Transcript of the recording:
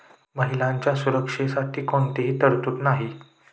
महिलांच्या सुरक्षेसाठी कोणतीही तरतूद नाही